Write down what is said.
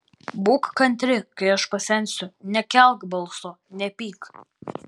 būk kantri kai aš pasensiu nekelk balso nepyk